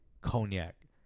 cognac